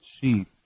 sheep